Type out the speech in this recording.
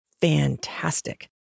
fantastic